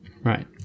Right